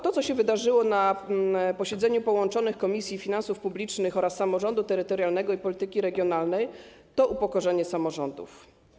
To, co się wydarzyło na posiedzeniu połączonych Komisji: Finansów Publicznych oraz Samorządu Terytorialnego i Polityki Regionalnej, to upokorzenie samorządów.